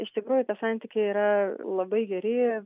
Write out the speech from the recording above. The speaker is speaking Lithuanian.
iš tikrųjų tie santykiai yra labai geri